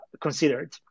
considered